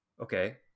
Okay